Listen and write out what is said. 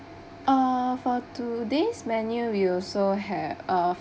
uh for today's menu we also have uh